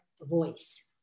voice